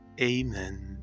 Amen